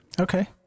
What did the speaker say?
Okay